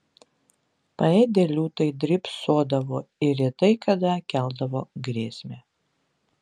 paėdę liūtai drybsodavo ir retai kada keldavo grėsmę